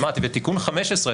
אמרתי בתיקון 15,